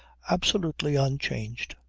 absolutely unchanged.